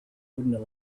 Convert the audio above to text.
that